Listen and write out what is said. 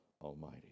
Almighty